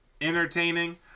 entertaining